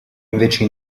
invece